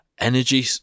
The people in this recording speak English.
energy